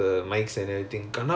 the treasure~